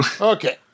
Okay